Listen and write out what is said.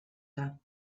her